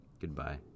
Goodbye